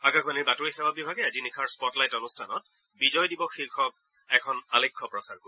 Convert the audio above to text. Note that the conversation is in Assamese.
আকাশবাণীৰ বাতৰি সেৱা বিভাগে আজি নিশাৰ স্পটলাইট অনুষ্ঠানত বিজয় দিৱস শীৰ্ষক এখন আলেখ্য প্ৰচাৰ কৰিব